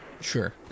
Sure